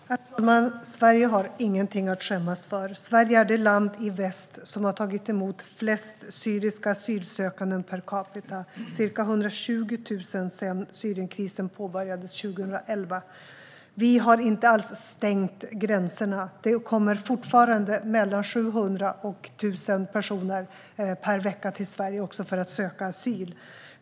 Herr talman! Sverige har ingenting att skämmas för. Sverige är det land i väst som har tagit emot flest syriska asylsökande per capita, ca 120 000 sedan Syrienkrisen påbörjades 2011. Vi har inte alls stängt gränserna. Det kommer fortfarande mellan 700 och 1 000 personer per vecka till Sverige för att söka asyl.